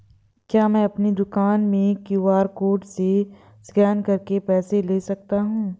क्या मैं अपनी दुकान में क्यू.आर कोड से स्कैन करके पैसे ले सकता हूँ?